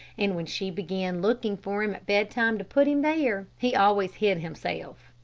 and when she began looking for him at bedtime to put him there, he always hid himself.